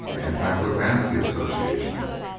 anti-profanity associations,